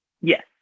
Yes